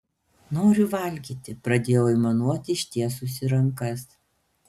noriu valgyti pradėjau aimanuoti ištiesusi rankas